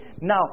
Now